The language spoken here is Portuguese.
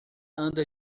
anda